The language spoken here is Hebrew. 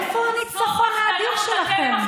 איפה הניצחון האדיר שלכם?